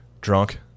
drunk